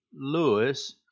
Lewis